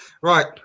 Right